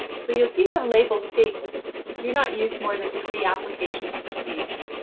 so you'll see some label statements do not use more than three applications per season.